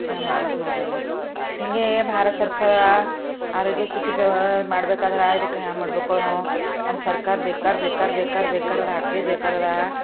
ಏನು ಮಾಡಬೇಕು ನೋಡಿರಲ್ಲ ಹೀಗೆ ಭಾರತ ಸರ್ಕಾರ ಆರೋಗ್ಯ ಸ್ಥಿತಿ ಮಾಡಬೇಕಾದ್ರ ಇದಕ್ಕೆ ಹ್ಯಾಂಗ ಮಾಡ್ಬೇಕು ಅನ್ನೋ ನಮ್ಮ ಸರ್ಕಾರ ಬೇಕಾರ ಬೇಕಾರ ಬೇಕಾರ ಬೇಕಾರ ಅದ ಅಕ್ರಿ ಬೇಕಾರ ಅದ